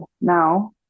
Now